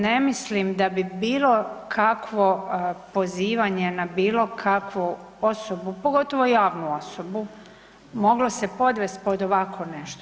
Ne mislim da bi bilo kakvo pozivanje na bilo kakvu osobu, pogotovo javnu osobu moglo se podvest pod ovako nešto.